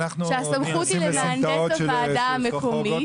שהסמכות היא למהנדס הוועדה המקומית,